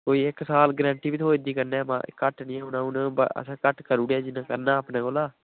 कोई इक साल गरैंटी बी थ्होए दी कन्नै माय घट्ट नी हून हून असें घट्ट करी ओड़ेया जिन्ना करना हा अपने कोला